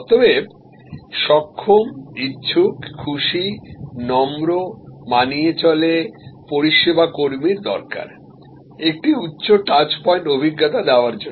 অতএব সক্ষম ইচ্ছুক খুশি নম্র মানিয়ে চলে পরিষেবা কর্মীর দরকার একটি উচ্চ টাচ পয়েন্ট অভিজ্ঞতা দেওয়ার জন্য